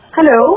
Hello